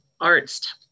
arts